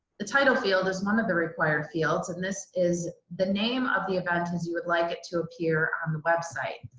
the title field is one the required fields, and this is the name of the event as you would like it to appear on the website.